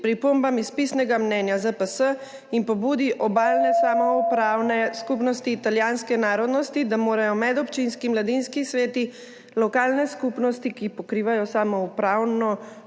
pripombam iz pisnega mnenja ZPS in pobudi Obalne samoupravne skupnosti italijanske narodnosti, da morajo medobčinski mladinski sveti lokalne skupnosti, ki pokrivajo samoupravno